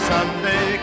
Sunday